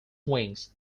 wings